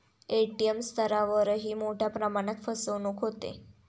ATM स्तरावरही मोठ्या प्रमाणात फसवणूक होते